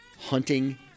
hunting